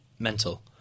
mental